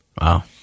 Wow